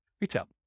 retail